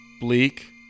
Bleak